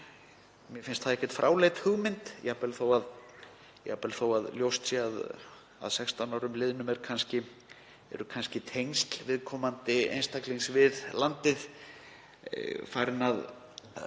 mér finnst ekkert fráleit hugmynd, jafnvel þó að ljóst væri að að 16 árum liðnum væru kannski tengsl viðkomandi einstaklings við landið farin að